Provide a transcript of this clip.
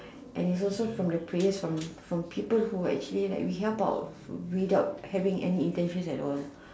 and its also from the prayers from from people who actually we help out without having any intention at all